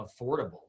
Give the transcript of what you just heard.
affordable